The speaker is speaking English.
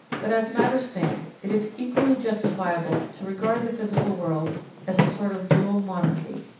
but, as matters stand, it is equally justifiable to regard the physical world as a sort of dual monarchy.